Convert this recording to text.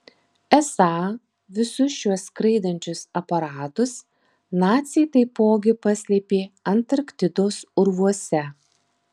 esą visus šiuos skraidančius aparatus naciai taipogi paslėpė antarktidos urvuose